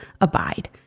abide